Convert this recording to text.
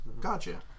Gotcha